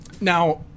Now